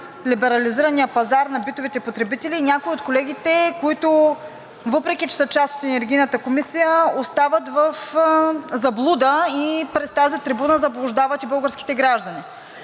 либерализирания пазар на битовите потребители? Някои от колегите, които, въпреки че са част от Енергийната комисия, остават в заблуда и през тази трибуна заблуждават и българските граждани.